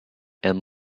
and